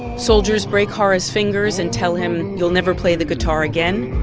soldiers break jara's fingers and tell him, you'll never play the guitar again.